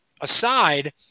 aside